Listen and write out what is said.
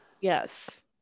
yes